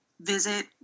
visit